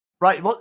right